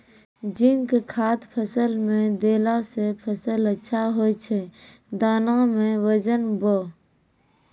zinc खाद फ़सल मे देला से फ़सल अच्छा होय छै दाना मे वजन ब